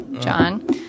John